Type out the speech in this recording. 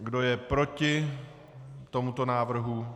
Kdo je proti tomuto návrhu?